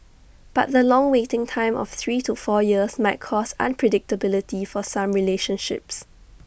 but the long waiting time of three to four years might cause unpredictability for some relationships